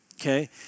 okay